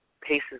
paces